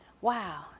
Wow